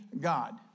God